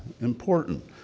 important